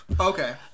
Okay